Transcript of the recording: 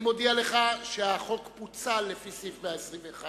אני מודיע לך שהחוק פוצל לפי סעיף 121,